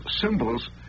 symbols